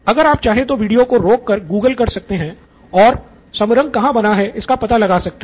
अगर आप चाहे तो वीडियो को रोक कर गूगल कर सकते हैं और समरंग कहां बना है इसका पता लगा सकते है